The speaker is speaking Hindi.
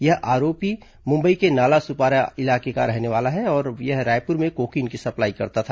यह आरोपी मुंबई के नाला सुपारा इलाके का रहने वाला है और यह रायपुर में कोकीन की सप्लाई करता था